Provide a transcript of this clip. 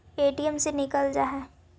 ATM से निकल जा है?